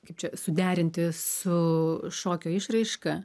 kaip čia suderinti su šokio išraiška